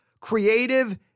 Creative